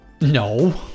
No